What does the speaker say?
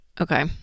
Okay